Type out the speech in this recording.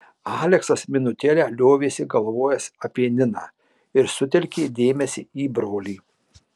aleksas minutėlę liovėsi galvojęs apie niną ir sutelkė dėmesį į brolį